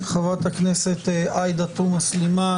חה"כ עאידה תומא סלימאן,